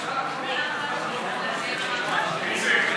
אמן.